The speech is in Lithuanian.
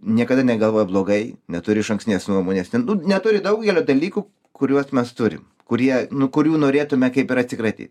niekada negalvoja blogai neturi išankstinės nuomonės ten neturi daugelio dalykų kuriuos mes turim kurie nu kurių norėtume kaip ir atsikratyt